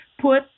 Put